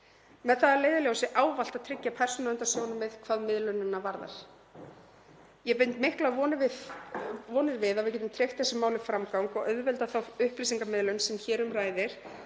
með það að leiðarljósi að tryggja persónuverndarsjónarmið hvað miðlunina varðar. Ég bind miklar vonir við að við getum tryggt þessu máli framgang og auðveldað þá upplýsingamiðlun sem hér um ræðir